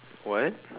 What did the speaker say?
what